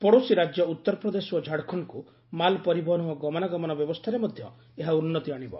ପଡ଼ୋଶୀ ରାଜ୍ୟ ଉତ୍ତରପ୍ରଦେଶ ଓ ଝାଡ଼ଖଣ୍ଡକୁ ମାଲ ପରିବହନ ଓ ଗମନାଗମନ ବ୍ୟବସ୍ଥାରେ ମଧ୍ୟ ଏହା ଉନ୍ନତି ଆଣିବ